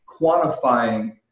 quantifying